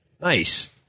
Nice